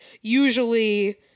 usually